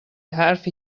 حرفی